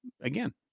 again